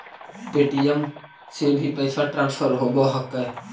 Paytm से भी पैसा ट्रांसफर होवहकै?